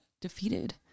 defeated